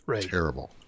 Terrible